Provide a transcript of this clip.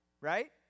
right